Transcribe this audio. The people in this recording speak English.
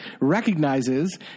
recognizes